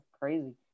Crazy